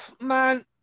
man